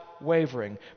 wavering